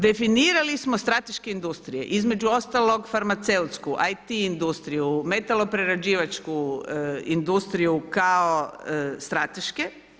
Definirali smo strateške industrije, između ostalog farmaceutsku, IT industriju, metaloprerađivačku industriju kao strateške.